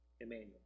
Emmanuel